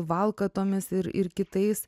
valkatomis ir ir kitais